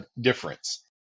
difference